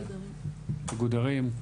איגוד ערים?